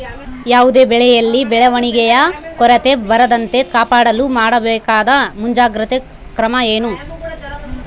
ಯಾವುದೇ ಬೆಳೆಯಲ್ಲಿ ಬೆಳವಣಿಗೆಯ ಕೊರತೆ ಬರದಂತೆ ಕಾಪಾಡಲು ಮಾಡಬೇಕಾದ ಮುಂಜಾಗ್ರತಾ ಕ್ರಮ ಏನು?